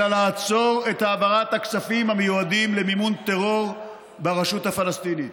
אלא לעצור את העברת הכספים המיועדים למימון טרור ברשות הפלסטינית.